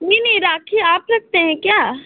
नहीं नहीं राखी आप रखते हैं क्या